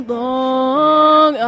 long